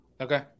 Okay